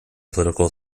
political